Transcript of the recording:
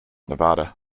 nevada